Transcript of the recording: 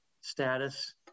status